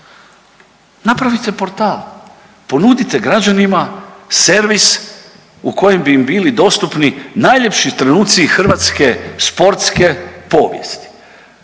Napravite portal, ponudite građanima servis u kojim bi im bili dostupni najljepši trenuci hrvatske sportske povijesti.